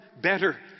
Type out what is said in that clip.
better